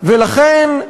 לכן,